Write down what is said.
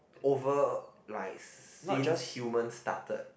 over like since human started